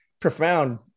profound